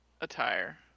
attire